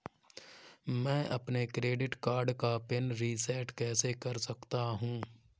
मैं अपने credit card का पिन रिसेट कैसे कर सकता हूँ?